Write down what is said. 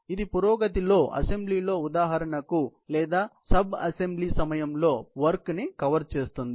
ఇది పురోగతిలో అసెంబ్లీలో ఉదాహరణకు లేదా ఉప అసెంబ్లీ సమయంలో పనిని కవర్ చేస్తుంది